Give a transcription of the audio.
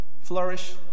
flourish